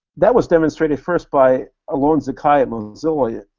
that was demonstrated first by alon zakai at mozilla,